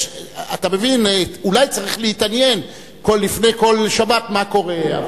אולי צריך להתעניין לפני כל שבת מה קורה.